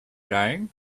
dying